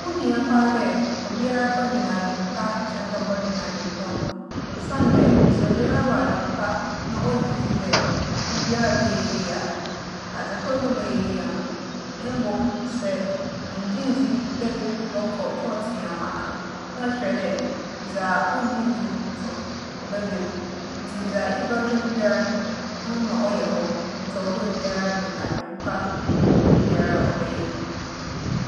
Ho hia paa dɛ mboframba a wͻwͻ skuul bosua awensɛm, wͻatwe egu hͻn tsir mu, na wͻakenkan no dɛmara. Osiandɛ sɛ wͻyɛ dɛm a ͻboa hͻn ma hͻn adwen no mu onyin. Afei so, ͻboa ma wonya adwen a obotum ͻakye ndzɛmba akyɛr. Sɛ wosua awensɛm no gu hͻn tsir na wͻka